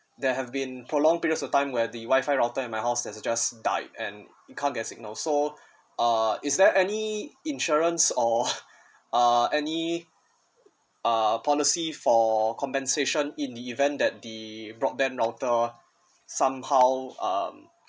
there have been prolonged period of time where the Wi-Fi router at my house has just died and it can't get signal so uh is there any insurance or uh any uh policy for compensation in the event that the broadband router somehow um